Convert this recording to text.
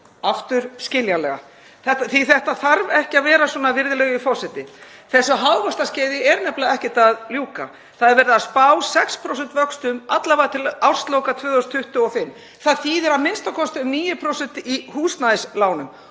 aftur skiljanlega, því að þetta þarf ekki að vera svona, virðulegur forseti. Þessu hagvaxtarskeiði er nefnilega ekkert að ljúka. Það er verið að spá 6% vöxtum, alla vega til ársloka 2025. Það þýðir a.m.k. um 9% í húsnæðislánum